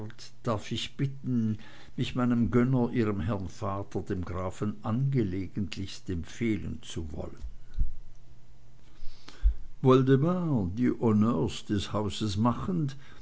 darf ich bitten mich meinem gönner ihrem herrn vater dem grafen angelegentlichst empfehlen zu wollen woldemar die honneurs des hauses machend